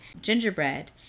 gingerbread